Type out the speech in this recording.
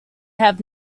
have